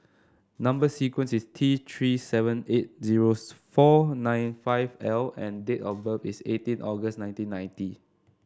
number sequence is T Three seven eight zero four nine five L and date of birth is eighteen August nineteen ninety